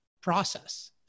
process